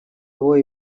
его